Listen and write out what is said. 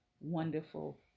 wonderful